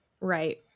right